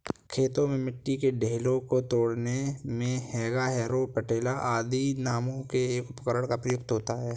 खेतों में मिट्टी के ढेलों को तोड़ने मे हेंगा, हैरो, पटेला आदि नामों से एक उपकरण प्रयुक्त होता है